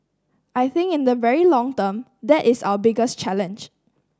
I think in the very long term that is our biggest challenge